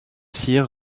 cyr